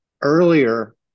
earlier